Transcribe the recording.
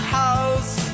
house